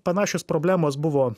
panašios problemos buvo